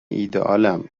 ایدهآلم